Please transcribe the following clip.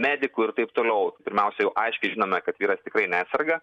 medikų ir taip toliau pirmiausia jau aiškiai žinome kad vyras tikrai neserga